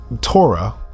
Torah